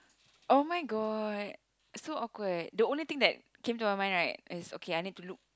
oh-my-god so awkward the only thing that came to my mind right is okay I need to look